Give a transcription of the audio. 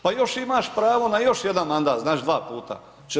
Pa još imaš pravo na još jedan mandat, znači 2 puta.